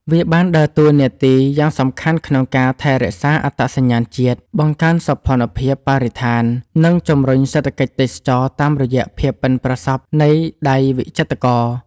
វាបានដើរតួនាទីយ៉ាងសំខាន់ក្នុងការ ថែរក្សាអត្តសញ្ញាណជាតិ បង្កើនសោភ័ណភាពបរិស្ថាន និង ជំរុញសេដ្ឋកិច្ចទេសចរណ៍ តាមរយៈភាពប៉ិនប្រសប់នៃដៃវិចិត្រករ។